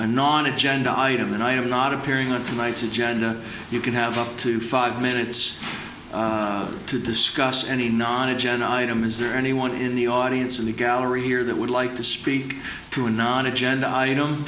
anon agenda item an item not appearing on tonight's agenda you can have up to five minutes to discuss any non agenda item is there anyone in the audience in the gallery here that would like to speak to a non agenda item